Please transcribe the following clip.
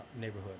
neighborhood